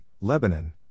Lebanon